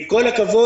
עם כל הכבוד,